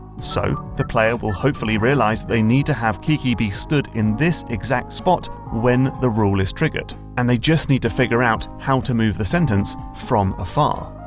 so, the player will hopefully realise that they need to have keke be stood in this exact spot when the rule is triggered and they just need to figure out how to move the sentence from afar.